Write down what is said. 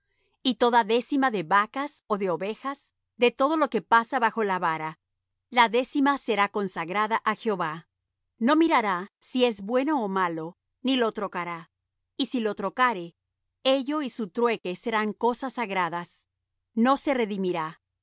y toda décima de vacas ó de ovejas de todo lo que pasa bajo la vara la décima será consagrada á jehová no mirará si es bueno ó malo ni lo trocará y si lo trocare ello y su trueque serán cosas sagradas no se redimirá